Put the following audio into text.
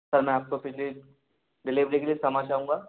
sir मैं आपकाे पिछली डिलीवरी के लिए क्षमा चाहूँगा